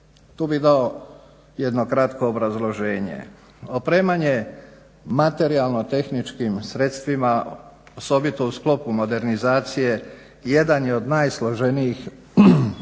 Tu bih dao jedno kratko obrazložene. Opremanje materijalno-tehničkim sredstvima, osobito u sklopu modernizacije, jedan je od najsloženijih poslova